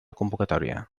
convocatòria